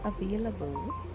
available